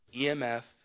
EMF